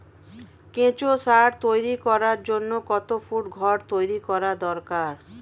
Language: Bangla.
কেঁচো সার তৈরি করার জন্য কত ফুট ঘর তৈরি করা দরকার?